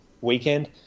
weekend